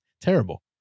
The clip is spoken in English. terrible